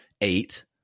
eight